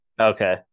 Okay